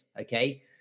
Okay